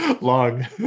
Long